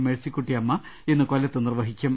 മേഴ് സിക്കുട്ടിയമ്മ കൊല്ലത്ത് നിർവഹിക്കും